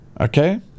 okay